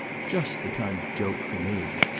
just the kind of joke for me!